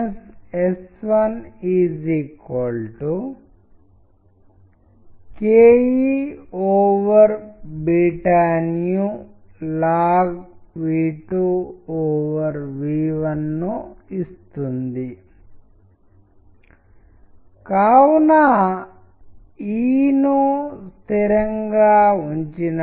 లేదా మీరు దీన్ని చూస్తే హింస అనే అంశం చూస్తే ఇక్కడ టెక్స్ట్ దాని రంగును మార్చుకుని ఆపై ఒక రకమైన చెల్లాచెదురుగా మారుతుంది మరియు తెలుపు నుండి ఎరుపుకు మారగలుగుతుంది రక్తం మరియు ఇతర రకాల విషయాల ద్వారా హింసాత్మక భావాన్ని కమ్యూనికేట్ చేసి ఆపై పగలగొట్టడం నాశనం చేయడం వంటివి ఈ యానిమేషన్ ద్వారా తెలియజేయబడతాయి